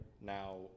now